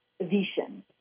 vision